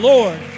Lord